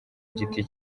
giti